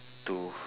to